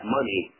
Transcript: Money